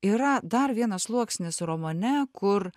yra dar vienas sluoksnis romane kur